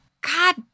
god